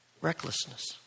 recklessness